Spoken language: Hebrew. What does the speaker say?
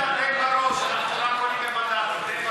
ביטן, תן בראש, אנחנו רק עולים במנדטים.